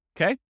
Okay